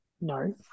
No